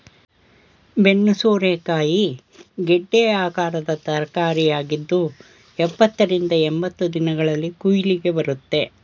ಬೆನ್ನು ಸೋರೆಕಾಯಿ ಗೆಡ್ಡೆ ಆಕಾರದ ತರಕಾರಿಯಾಗಿದ್ದು ಎಪ್ಪತ್ತ ರಿಂದ ಎಂಬತ್ತು ದಿನಗಳಲ್ಲಿ ಕುಯ್ಲಿಗೆ ಬರುತ್ತೆ